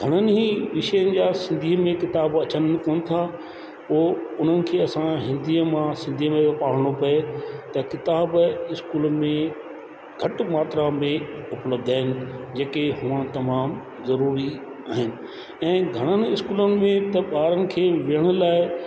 घणियुनि ई विषय जा सिंधीअ में किताब अचनि उन खां हो उन्हनि खे असां हिंदीअ मां सिंधीअ में हो पढ़णो पए त किताब स्कूल में घटि मात्रा में उपलब्ध आहिनि जेके हुअणु तमामु ज़रूरी आहिनि ऐं घणनि इस्कूलनि में त ॿारनि खे वेहण लाइ